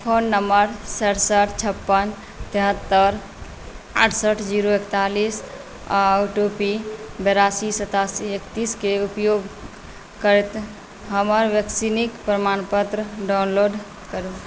phone number सड़सठि छप्पन तिहत्तरि अड़सठि जीरो इकतालिस आओर ओ टी पी बेरासी सतासी एकतिसके उपयोग करैत हमर वैक्सीनके प्रमाणपत्र डाउनलोड करू